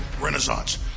renaissance